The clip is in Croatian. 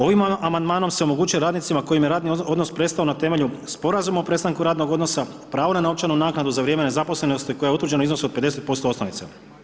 Ovim amandmanom se omogućuje radnicima kojima je radni odnos prestao na temelju Sporazuma o prestanku radnog odnosa, pravo na novčanu naknadu za vrijeme nezaposlenosti koja je utvrđena u iznosu od 50% osnovice.